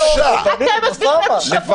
אתם מסבירים לנו --- תהלה, בושה.